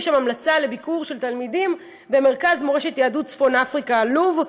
יש שם המלצה לביקור של תלמידים במרכז מורשת יהדות צפון-אפריקה לוב,